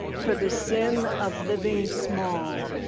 for the sin of living small